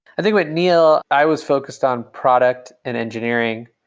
i think with neil, i was focused on product and engineering.